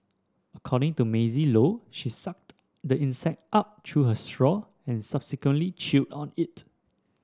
according to Maisy Low she sucked the insect up through her straw and subsequently chewed on it